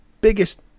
biggest